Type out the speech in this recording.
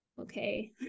okay